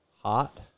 hot